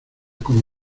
como